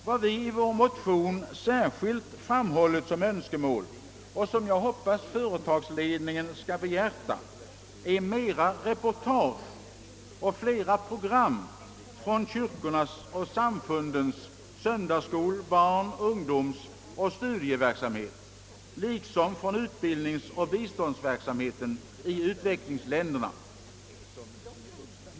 Vad vi i vår motion särskilt framhållit som önskemål — som jag hoppas företagsledningen skall behjärta — är flera reportage och program från kyrkornas och samfundens söndagsskol-, barn-, ungdomsoch studieverksamhet, liksom från utbildningsoch biståndsverksamheten i utvecklingsländerna.